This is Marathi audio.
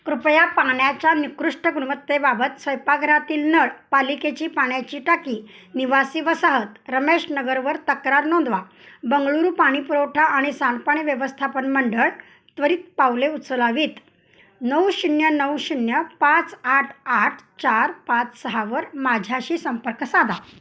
कृपया पाण्याच्या निकृष्ट गुणवत्तेबाबत स्वयंपाकघरातील नळ पालिकेची पाण्याची टाकी निवासी वसाहत रमेश नगरवर तक्रार नोंदवा बंगळुरू पाणी पुरवठा आणि सांडपणी व्यवस्थापन मंडळ त्वरित पावले उचलावीत नऊ शून्य नऊ शून्य पाच आठ आठ चार पाच सहावर माझ्याशी संपर्क साधा